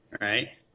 right